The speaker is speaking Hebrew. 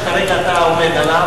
שכרגע אתה עומד עליו,